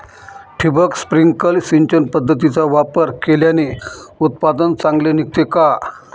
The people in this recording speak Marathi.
ठिबक, स्प्रिंकल सिंचन पद्धतीचा वापर केल्याने उत्पादन चांगले निघते का?